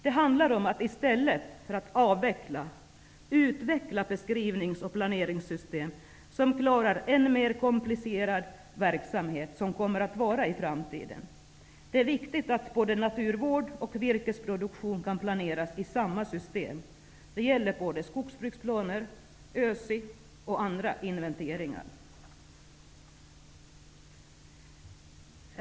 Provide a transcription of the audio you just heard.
Det handlar om att i stället för att avvecka utveckla beskrivnings och planeringssystem som klarar den mer komplicerade verksamhet som kommer att finnas i framtiden. Det är viktigt att både naturvård och virkesproduktion kan planeras i samma system. Det gäller både skogsbruksplaner, ÖSI och andra inventeringar.